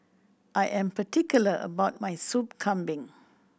I am particular about my Sup Kambing